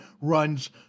runs